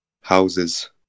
houses